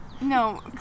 no